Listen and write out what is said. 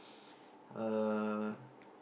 uh